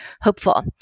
hopeful